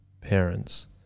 parents